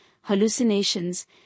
hallucinations